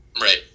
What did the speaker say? Right